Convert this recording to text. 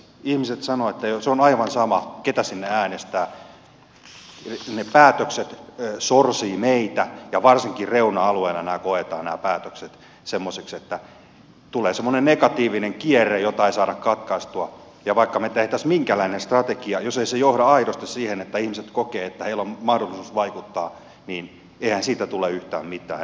ihmiset sanovat että se on aivan sama ketä sinne äänestää ne päätökset sorsivat meitä ja varsinkin reuna alueilla nämä päätökset koetaan semmoisiksi että tulee semmoinen negatiivinen kierre jota ei saada katkaistua ja vaikka me tekisimme minkälaisen strategian jos ei se johda aidosti siihen että ihmiset kokevat että heillä on mahdollisuus vaikuttaa niin eihän siitä tule yhtään mitään